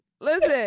Listen